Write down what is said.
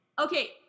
Okay